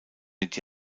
mit